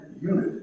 unit